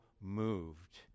moved